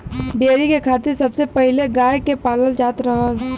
dairy के खातिर सबसे पहिले गाय के पालल जात रहल